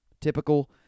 Typical